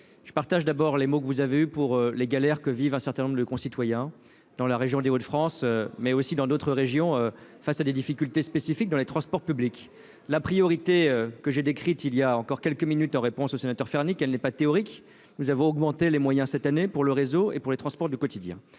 je partage d'abord les mots que vous avez eu pour les galères que vivent un certain nombre de concitoyens dans la région des Hauts-de-France mais aussi dans d'autres régions face à des difficultés spécifiques dans les transports publics, la priorité que j'ai décrite il y a encore quelques minutes, en réponse au sénateur Fernie qu'elle n'est pas théorique, nous avons augmenté les moyens cette année pour le réseau et pour les transports du quotidien